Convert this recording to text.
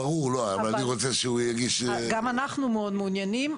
אבל אני רוצה שהוא יגיש --- גם אנחנו מאוד מעוניינים.